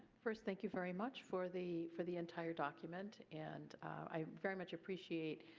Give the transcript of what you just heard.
first thank you very much for the for the entire document and i very much appreciate